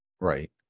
right